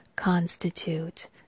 constitute